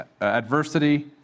adversity